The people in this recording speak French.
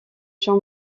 jean